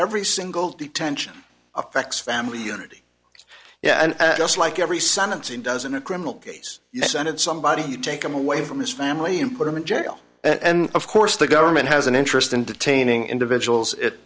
every single detention affects family unity yeah and just like every sentencing does in a criminal case yes and somebody's taken away from his family and put him in jail and of course the government has an interest in detaining individuals it